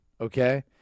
okay